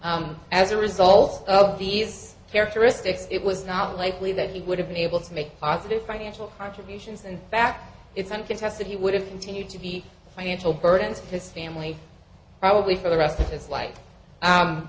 characteristics it was not likely that he would have been able to make positive financial contributions in fact it's uncontested he would have continued to be financial burdens his family probably for the rest of his life